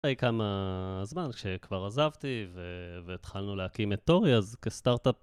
אחרי כמה זמן כשכבר עזבתי והתחלנו להקים את תורי אז כסטארט-אפ